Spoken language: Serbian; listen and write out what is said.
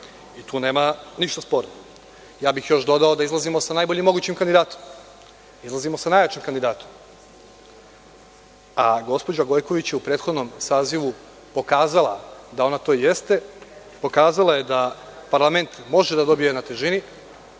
Tu nema ništa sporno. Ja bih još dodao da izlazimo sa najboljim mogućim kandidatom, izlazimo sa najjačim kandidatom. Gospođa Gojković je u prethodnom sazivu pokazala da ona to i jeste, pokazala je da parlament može da dobije na težini,